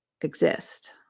exist